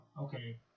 Okay